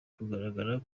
kugaragara